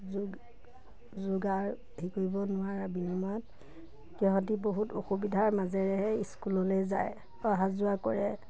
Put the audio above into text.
যোগ যোগাৰ শিকিব নোৱাৰাৰ বিনিময়ত সিহঁতে বহুত অসুবিধাৰ মাজেৰেহে স্কুললৈ যায় অহা যোৱা কৰে